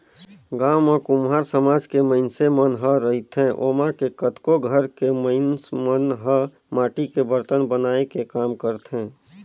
गाँव म कुम्हार समाज के मइनसे मन ह रहिथे ओमा के कतको घर के मइनस मन ह माटी के बरतन बनाए के काम करथे